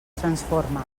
transforma